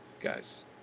guys